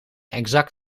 exact